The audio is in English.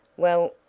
well,